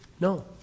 No